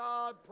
God